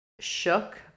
shook